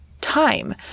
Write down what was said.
time